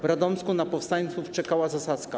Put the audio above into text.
W Radomsku na powstańców czekała zasadzka.